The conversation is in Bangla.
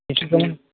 কিছুটা